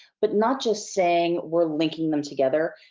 but not just saying, we're linking them together.